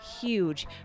huge